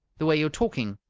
the way you're talking.